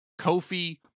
Kofi